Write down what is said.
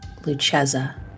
Luceza